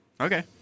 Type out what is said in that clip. Okay